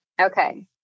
Okay